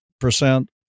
percent